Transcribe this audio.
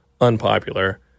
unpopular